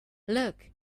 look